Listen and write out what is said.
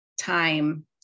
time